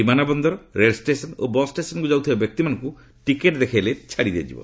ବିମାନବନ୍ଦର ରେଳଷ୍ଟେସନ ଓ ବସ୍ ଷ୍ଟେସନକୁ ଯାଉଥିବା ବ୍ୟକ୍ତିମାନଙ୍କୁ ଟିକଟ ଦେଖାଇଲେ ଛାଡି ଦିଆଯିବ